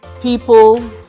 people